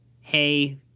hey